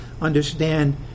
understand